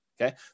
Okay